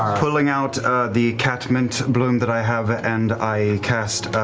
pulling out the catmint bloom that i have and i cast